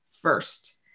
first